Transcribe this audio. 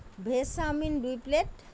veg chowmein দুই plate